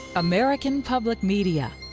american public media